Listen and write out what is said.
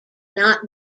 not